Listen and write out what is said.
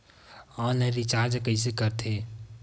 Online recharge कइसे करथे?